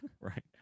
Right